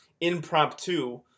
impromptu